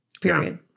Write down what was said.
period